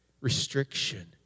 restriction